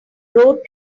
road